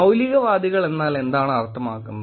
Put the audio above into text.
മൌലികവാദികൾ എന്നാൽ എന്താണ് അർത്ഥമാക്കുന്നത്